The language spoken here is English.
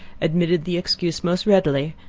admitted the excuse most readily,